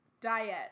Diet